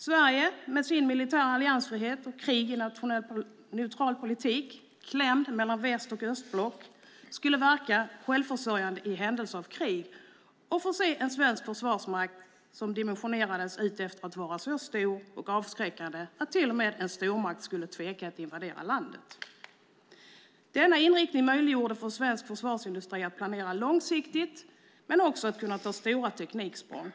Sverige skulle, med sin militära alliansfrihet i krig och med nationell neutral politik och klämt mellan väst och östblock, verka vara självförsörjande i händelse av krig och få se en svensk försvarsmakt som dimensionerades för att vara så stor och avskräckande att till och med en stormakt skulle tveka att invadera landet. Denna inriktning möjliggjorde för svensk försvarsindustri att planera långsiktigt och för att kunna ta stora tekniksprång.